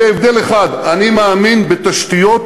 בהבדל אחד: אני מאמין בתשתיות,